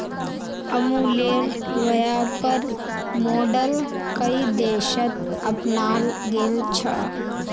अमूलेर व्यापर मॉडल कई देशत अपनाल गेल छ